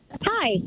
Hi